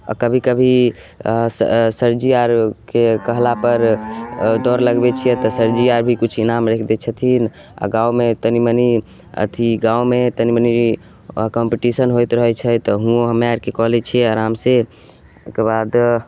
अँ कभी कभी सरजी आओरके कहलापर अँ दौड़ लगबै छिए तऽ सरजी आओर भी किछु इनाम राखि दै छथिन आओर गाममे तनि मनि अथी गाममे तनि मनि अँ कम्पटिशन होइत रहै छै तऽ हुओँ हमे आरके कऽ लै छिए आरामसे ओहिके बाद